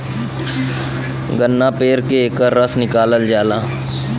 गन्ना पेर के एकर रस निकालल जाला